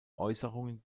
äußerungen